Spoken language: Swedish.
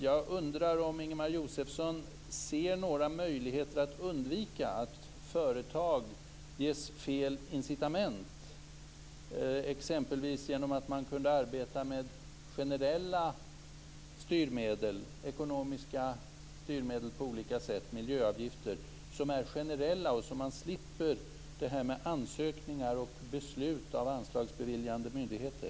Jag undrar om Ingemar Josefsson ser några möjligheter att undvika att företag ges fel incitament, exempelvis genom att man arbetade med generella ekonomiska styrmedel, miljöavgifter som är generella, så att man slipper ansökningar och beslut av anslagsbeviljande myndigheter.